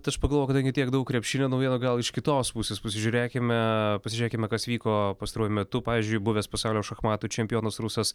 tai aš pagalvojau kadangi tiek daug krepšinio naujienų gal iš kitos pusės pasižiūrėkime pasižiūrėkime kas vyko pastaruoju metu pavyzdžiui buvęs pasaulio šachmatų čempionas rusas